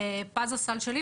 פז-הסל שלי.